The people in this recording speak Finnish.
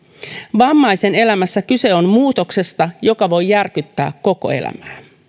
vammaisen elämässä kyse on muutoksesta joka voi järkyttää koko elämää